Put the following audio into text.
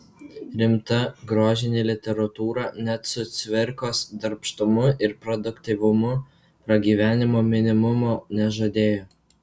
rimta grožinė literatūra net su cvirkos darbštumu ir produktyvumu pragyvenimo minimumo nežadėjo